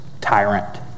tyrant